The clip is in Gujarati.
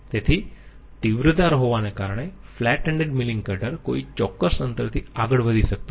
તેની તીવ્ર ધાર હોવાને કારણે ફ્લેટ એન્ડેડ મીલિંગ કટર કોઈ ચોક્કસ અંતરથી આગળ વધી શકતું નથી